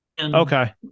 Okay